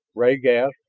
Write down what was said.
ray-gas.